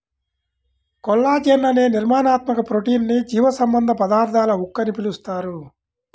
collagen అనే నిర్మాణాత్మక protein ని జీవసంబంధ పదార్థాల ఉక్కు అని పిలుస్తారు